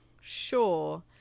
Sure